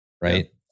right